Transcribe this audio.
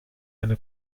eine